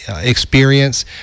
experience